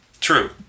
True